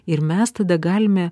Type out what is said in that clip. ir mes tada galime